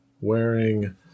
wearing